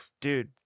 dude